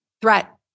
threat